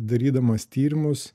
darydamas tyrimus